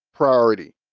priority